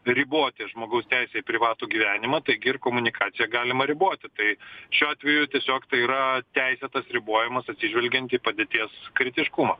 riboti žmogaus teisę į privatų gyvenimą taigi ir komunikaciją galima riboti tai šiuo atveju tiesiog tai yra teisėtas ribojimas atsižvelgiant į padėties kritiškumą